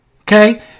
okay